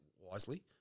wisely